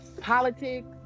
politics